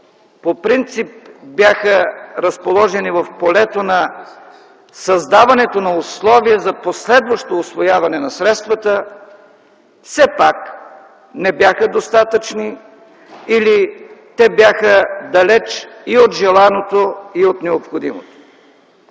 по принцип бяха разположени в полето на създаването на условия за последващо усвояване на средствата, все пак не бяха достатъчни или бяха далеч и от желаното, и от необходимото.